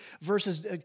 verses